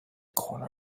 corner